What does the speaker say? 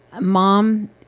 Mom